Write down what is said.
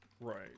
right